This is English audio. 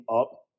up